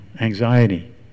anxiety